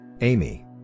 Amy